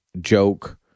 joke